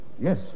Yes